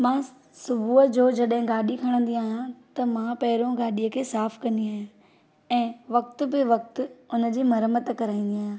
मां सुबुह जो जड॒हिं गाॾी खणन्दी आहियां त मां पहिरियों गाॾीअ खे साफ़ु कंदी आहियां ऐं वक़्त बे वक़्तु हुन जी मरमति कराईंदी आहियां